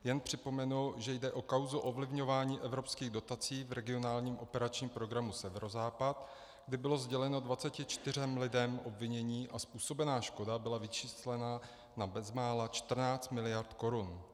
Jen připomenu, že jde o kauzu ovlivňování evropských dotací v regionálním operačním programu Severozápad, kdy bylo sděleno 24 lidem obvinění a způsobená škoda byla vyčíslena na bezmála 14 miliard korun.